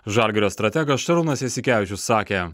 žalgirio strategas šarūnas jasikevičius sakė